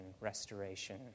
restoration